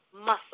muscle